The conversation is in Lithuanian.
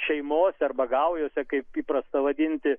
šeimose arba gaujose kaip įprasta vadinti